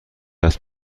است